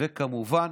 וכמובן